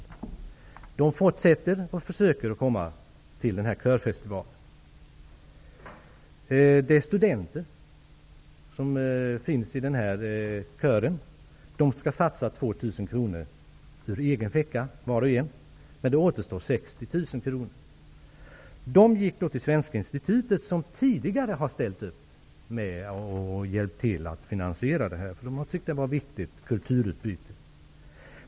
Man fortsätter och försöker att besöka den här körfestivalen. Det är studenter som är med i den här kören. Var och en av dem skall satsa 2 000 kronor av egna pengar. Men 60 000 kronor fattas. Man har därför gått till Svenska institutet, som tidigare har ställt upp och hjälpt till med finansieringen av detta, som man ansåg, viktiga kulturutbyte.